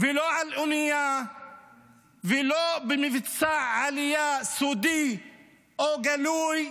ולא על אונייה ולא במבצע עלייה סודי או גלוי.